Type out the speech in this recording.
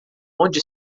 onde